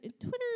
Twitter